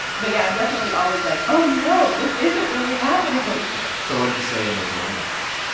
but, yeah, i'm definitely always like, oh, no, this isn't really happening so what do you say in those moments?